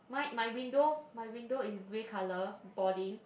my my window my window is grey color boarding